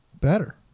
better